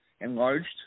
enlarged